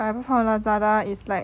but I bought from Lazada is like